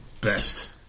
best